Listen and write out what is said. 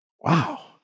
Wow